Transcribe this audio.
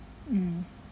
mm